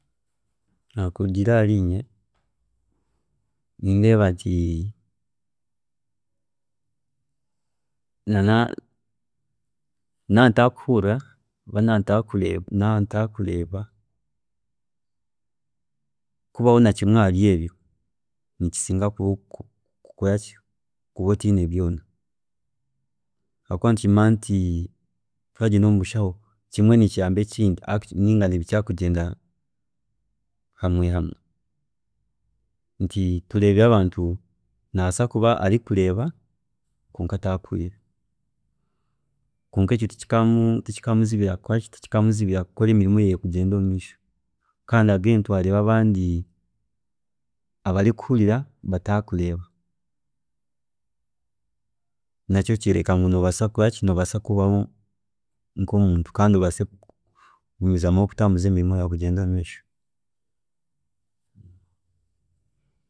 Hakurugiirira aharinye, nindeeba ni naaba ntari kuhurira ninga naaba ntari kureeba, kubaho nakimwe ahari ebyo nikisinga kuba otiine byoona hakuba nitumanya nti twagyenda omubushaho, kimwe nikiyambaho ekindi ninga nibikira kugyenda hamwe hamwe, tureebire abantu nti nabaasa kuba ari kureeba kwonka atari kuhurira kwonka ekyo tikikaamuzibira kukora emirimo yeeye ekagyenda omumeisho kandi twareeba abandi kuba ari kuhurira kwonka atari kureeba kandi nakyo kyayereka ngu nobaasa kubaho otari kuhurira kandi emirimo ekutambura erikugyenda omumeisho